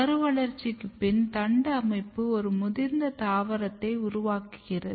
கரு வளர்ச்சிக்கு பின் தண்டு அமைப்பு ஒரு முதிர்ந்த தாவரத்தை உருவாக்குகிறது